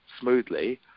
smoothly